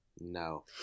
No